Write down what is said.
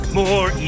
more